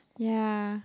ya